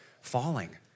falling